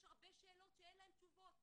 יש הרבה שאלות שאין להן תשובות,